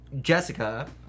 Jessica